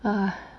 !wah!